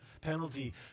penalty